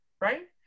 right